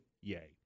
yay